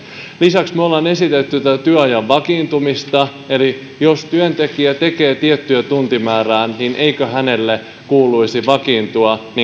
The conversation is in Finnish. lisäksi me olemme esittäneet tätä työajan vakiintumista eli jos työntekijä tekee tiettyä tuntimäärää niin eikö hänelle kuuluisi vakiintua